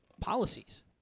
policies